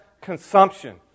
consumption